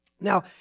Now